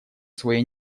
своей